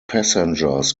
passengers